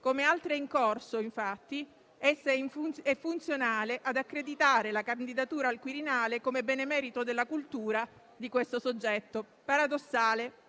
Come altre in corso, infatti, essa è funzionale ad accreditare la candidatura al Quirinale, come benemerito della cultura, di questo soggetto paradossale.